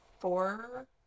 four